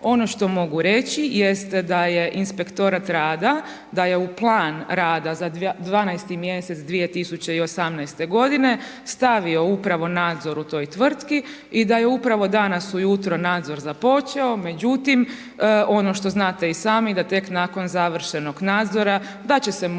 ono što mogu reći jest da je inspektorat rada, da je u plan rada za 12 mjesec 2018. godine, stavio upravo Nadzor u toj tvrtki i da je upravo danas ujutro Nadzor započeo, međutim ono što znate i sami, da tek nakon završenog nadzora, da će se moći